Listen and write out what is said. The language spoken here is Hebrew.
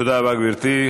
תודה רבה, גברתי.